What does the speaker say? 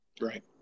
Right